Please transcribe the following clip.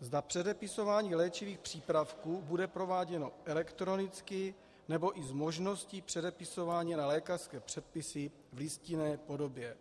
zda předepisování léčivých přípravků bude prováděno elektronicky, nebo i s možností předepisování na lékařské předpisy v listinné podobě.